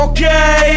Okay